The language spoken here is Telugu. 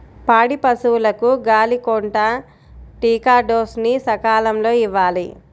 పాడి పశువులకు గాలికొంటా టీకా డోస్ ని సకాలంలో ఇవ్వాలి